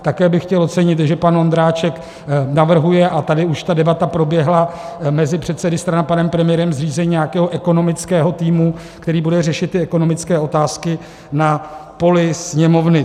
Také bych chtěl ocenit, že pan Vondráček navrhuje a tady už ta debata proběhla mezi předsedy stran a panem premiérem zřízení nějakého ekonomického týmu, který bude řešit ekonomické otázky na poli Sněmovny.